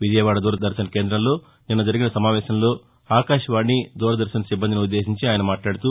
విజయవాడ దూరదర్భన్ కేంద్రంలో నిన్న జరిగిన సమావేశంలో ఆకాశవాణి దూరదర్శన్ సిబ్బందిని ఉద్దేశించి ఆయన మాట్లాడుతూ